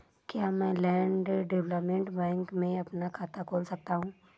क्या मैं land development bank में अपना खाता खोल सकता हूँ?